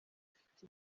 ifite